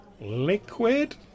liquid